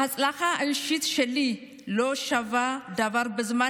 ההצלחה האישית שלי לא שווה דבר בזמן